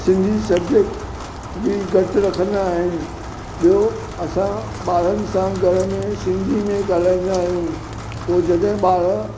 Sindhi subject बि घटि रखंदा आहिनि ॿियो असां ॿारनि सां घर में सिंधी में ॻाल्हाईंदा आहियूं पोइ जॾहिं ॿार